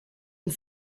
and